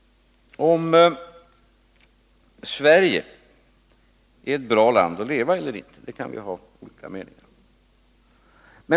Om Sverige är ett bra land att leva i eller inte kan vi ha olika meningar om.